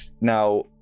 now